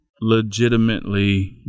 legitimately